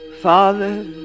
Father